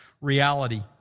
reality